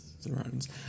Thrones